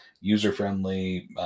user-friendly